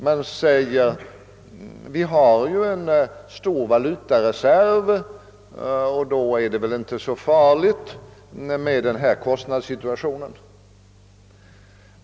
Man nänvisar till att vi har en stor valutareserv och menar att det med hänsyn härtill inte är så farligt med de relativa kostnaderna i Sverige och utlandet.